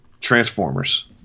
Transformers